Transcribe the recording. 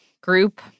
group